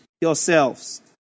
yourselves